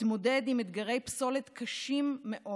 תתמודד עם אתגרי פסולת קשים מאוד,